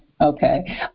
okay